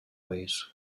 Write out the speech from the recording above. ways